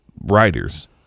writers